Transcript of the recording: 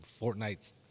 Fortnite